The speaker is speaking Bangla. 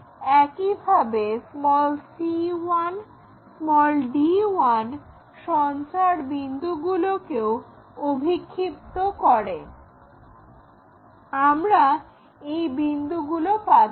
একইভাবে c1 d1 সঞ্চার বিন্দুগুলোকেও অভিক্ষিপ্ত করে আমরা এই বিন্দুগুলো পাচ্ছি